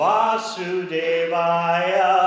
Vasudevaya